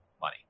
money